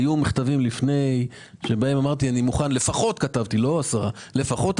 היו מכתבים לפני כן שבהם כתבתי שאני מוכן שיידונו לפחות עשר פניות,